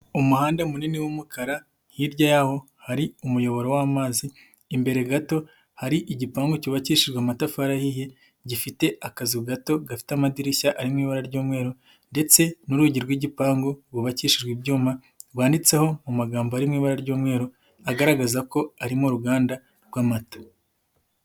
Umuhanda munini w'umukara hirya yawo hari umuyoboro w'amazi, imbere gato hari igipangu cyubakishijwe amatafari ahiye, gifite akazu gato gafite amadirishya arimo ibara ry'umweru, ndetse n'urugi rw'igipangu rwubakishijwe ibyuma, rwanditseho mu magambo ari mu ibara ry'umweru, agaragaza ko ari mu ruganda rw'amata.